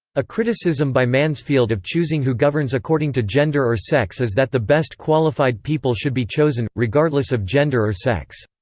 a criticism by mansfield of choosing who governs according to gender or sex is that the best qualified people should be chosen, regardless of gender or sex.